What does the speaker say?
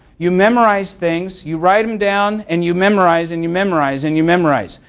you memorize things you write them down, and you memorize and you memorize, and you memorize.